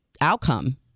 outcome